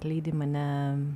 lydi mane